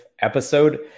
episode